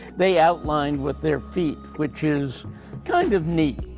they outlined with their feet, which is kind of neat.